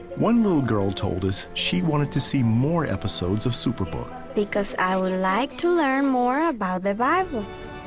one little girl told us she wanted to see more episodes of superbook. because i would like to learn more about the bible.